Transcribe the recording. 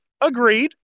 Agreed